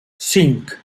cinc